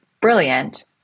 brilliant